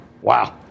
Wow